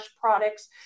products